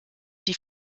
die